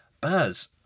Baz